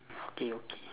okay okay